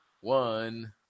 one